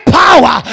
power